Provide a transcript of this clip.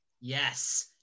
Yes